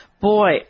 Boy